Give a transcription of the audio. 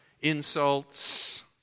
insults